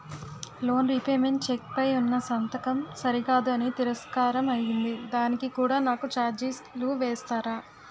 Loan repayment cheque పై ఉన్నా సంతకం సరికాదు అని తిరస్కారం అయ్యింది దానికి కూడా నాకు ఛార్జీలు వేస్తారా?